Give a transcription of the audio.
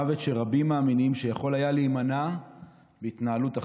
מוות שרבים מאמינים שיכול היה להימנע בהתנהלות אחרת,